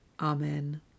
Amen